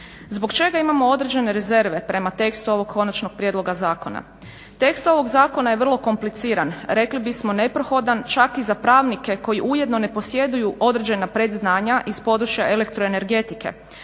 Zbog čega imamo određene rezerve prema tekstu ovog konačnog prijedloga zakona? Tekst ovog zakona je vrlo kompliciran rekli bismo neprohodan čak i za pravnike koji ujedno ne posjeduju određena predznanja iz područja elektroenergetike,